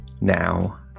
now